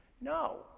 no